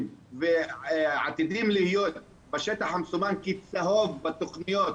בתכנון, ועתידים להיות בשטח המסומן כצהוב בתכניות